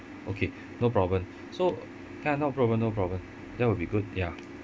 okay no problem so ya no problem no problem that would be good ya